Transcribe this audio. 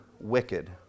wicked